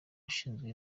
ushinzwe